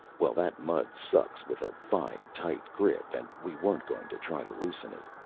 well, that mud sucks with a fine tight grip, and we weren't going to try to loosen it.